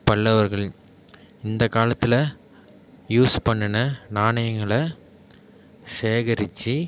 பல்லவர்கள் இந்த காலத்தில் யூஸ் பண்ணுன நாணயங்களை சேகரித்து